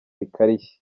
bikarishye